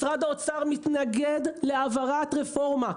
משרד האוצר מתנגד להעברת רפורמה.